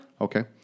Okay